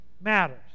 matters